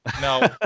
no